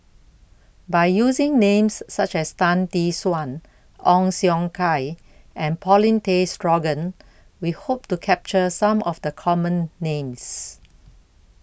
By using Names such as Tan Tee Suan Ong Siong Kai and Paulin Tay Straughan We Hope to capture Some of The Common Names